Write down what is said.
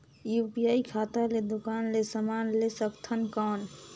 UPI खाता ले दुकान ले समान ले सकथन कौन?